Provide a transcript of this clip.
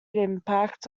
impact